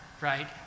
right